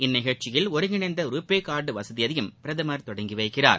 இந்நிகழ்ச்சியில் ஒருங்கிணைந்த RuPay card வசதியையும் பிரதமர் தொடங்கி வைக்கிறார்